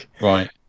Right